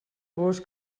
bus